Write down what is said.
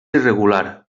irregular